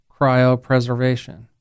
cryopreservation